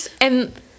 And-